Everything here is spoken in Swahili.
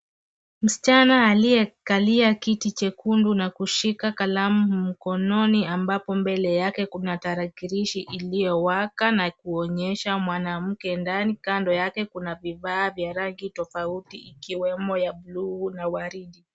Msichana aliyekalia kiti chekundu na kushika kalamu mkononi ambapo mbele yake kuna tarakilishi iliyowaka na kuonyesha mwanamke ndani. Kando yake kuna vifaa vya rangi tofauti ikiwemo ya buluu na waridi.